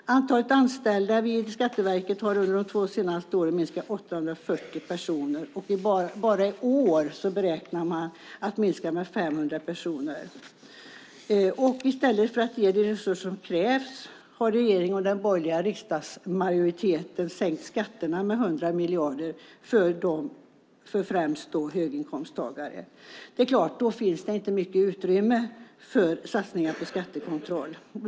Antalet anställda vid Skatteverket har under de två senaste åren minskat med 840 personer. Och bara i år beräknas personalen minska med 500 personer. I stället för att ge de resurser som krävs har regeringen och den borgerliga riksdagsmajoriteten sänkt skatterna med 100 miljarder för främst höginkomsttagare. Det är klart att det då inte finns mycket utrymme för satsningar på skattekontroll.